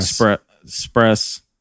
Express